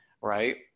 right